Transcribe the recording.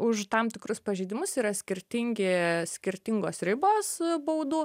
už tam tikrus pažeidimus yra skirtingi skirtingos ribos baudų